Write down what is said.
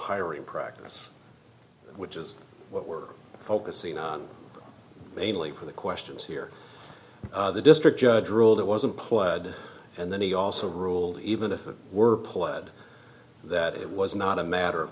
hiring practice which is what we're focusing on mainly for the questions here the district judge ruled it wasn't pled and then he also ruled even if it were pled that it was not a matter of